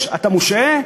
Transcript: אתה מושעה?